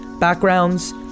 backgrounds